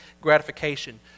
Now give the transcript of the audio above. gratification